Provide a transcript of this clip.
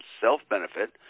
self-benefit